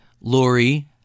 Lori